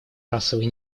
расовой